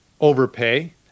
overpay